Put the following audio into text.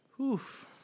Oof